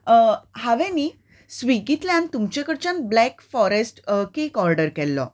हांवें न्ही स्विगींतल्यान तुमचे कडच्यान ब्लॅक फॉरस्ट केक ऑर्डर केल्लो